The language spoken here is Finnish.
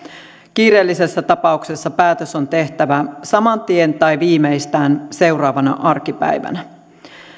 kiireellisessä tapauksessa päätös on tehtävä saman tien tai viimeistään seuraavana arkipäivänä